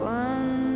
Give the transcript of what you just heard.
one